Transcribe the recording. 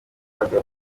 ihabwa